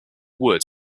wood